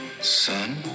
Son